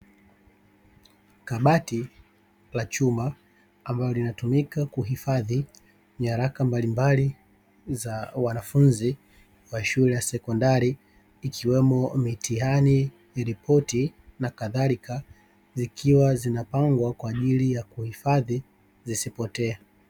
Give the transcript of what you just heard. Kabati la chuma ambalo linatumika kuhifadhi nyaraka mbalimbali za wanafunzi wa shule ya sekondari, ikiwemo mitihani ripoti na kadhalika zikiwa zinapangwa kwa ajili ya kuhifadhi zisipotee.